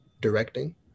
directing